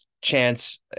chance